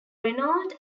renault